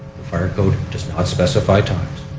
fire code does not specify times.